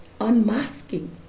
Unmasking